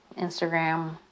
Instagram